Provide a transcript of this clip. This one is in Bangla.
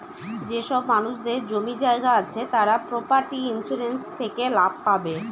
যেসব মানুষদের জমি জায়গা আছে তারা প্রপার্টি ইন্সুরেন্স থেকে লাভ পাবে